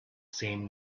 same